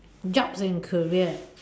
jobs and career